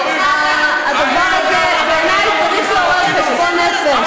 הדבר הזה, בעיני, צריך לעורר חשבון נפש.